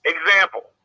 Example